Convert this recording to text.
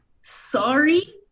Sorry